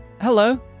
hello